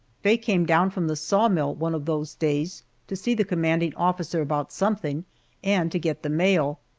faye came down from the saw-mill one of those days to see the commanding officer about something and to get the mail.